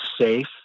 safe